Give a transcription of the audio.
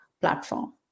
platform